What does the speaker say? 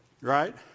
Right